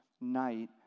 night